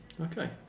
Okay